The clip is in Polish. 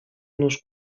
nóź